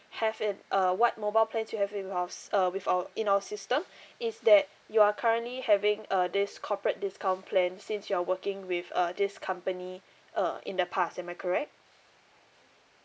have i~ uh what mobile plans you have in our uh with our in our system is that you are currently having uh this corporate discount plan since you are working with uh this company uh in the past am I correct